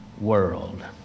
world